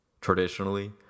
Traditionally